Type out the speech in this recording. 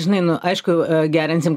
žinai nu aišku gerinsim